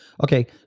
okay